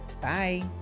bye